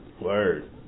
word